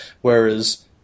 whereas